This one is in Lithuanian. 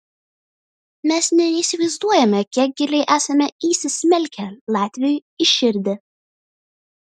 mes nė neįsivaizduojame kiek giliai esame įsismelkę latviui į širdį